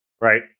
right